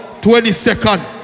22nd